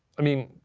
i mean,